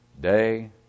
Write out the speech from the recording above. day